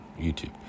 YouTube